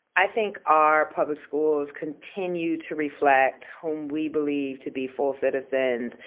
i think our public schools continue to reflect whom we believe to be full citizens,